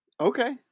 Okay